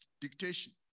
dictation